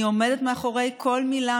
אני עומדת מאחורי כל מילה,